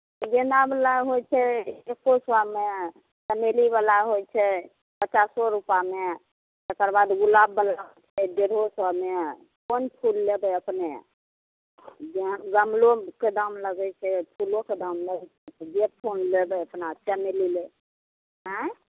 गेन्दा बला होइ छै एक्को सएमे चमेली बला होइ छै पचासो रूपामे तकर बाद गुलाब बला होइ छै डेढ़ो सएमे कोन फूल लेबै अपने जेहन गमलोके दाम लगै छै फूलोके दाम लगै छै जे फूल लेबै अपना चमेली ले ऑंय